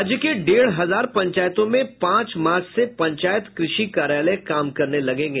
राज्य के डेढ़ हजार पंचायतों में पांच मार्च से पंचायत कृषि कार्यालय काम करने लगेगा